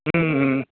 ம் ம்